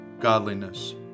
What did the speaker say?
godliness